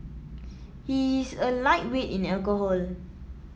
he is a lightweight in alcohol